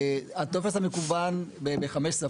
הטופס המקוון בחמש שפות.